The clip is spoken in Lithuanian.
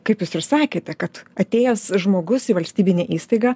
kaip jūs ir sakėte kad atėjęs žmogus į valstybinę įstaigą